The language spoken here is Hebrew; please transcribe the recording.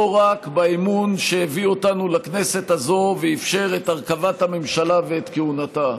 לא רק באמון שהביא אותנו לכנסת הזאת ואפשר את הרכבת הממשלה ואת כהונתה,